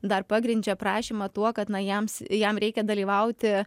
dar pagrindžia prašymą tuo kad na jams jam reikia dalyvauti